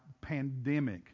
pandemic